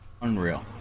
Unreal